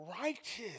righteous